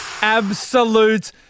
absolute